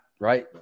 right